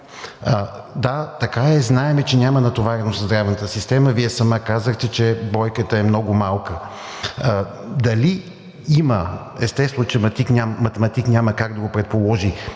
Да, така е. Знаем, че няма натовареност за здравната система – Вие сама казахте, че бройката е много малка. Дали има, естествено, математик няма как да го предположи,